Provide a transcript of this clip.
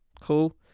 cool